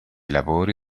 lavori